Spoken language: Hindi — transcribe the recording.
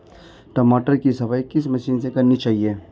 टमाटर की सफाई किस मशीन से करनी चाहिए?